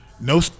no